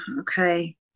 Okay